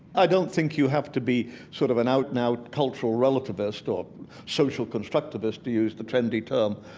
i don't think you have to be sort of an out-and-out cultural relativist or social constructivist, to use the trendy term,